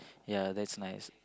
ya that's nice